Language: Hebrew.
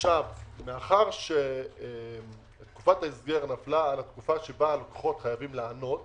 מאחר שתקופת ההסגר נפלה על התקופה שבה הלקוחות חייבים לענות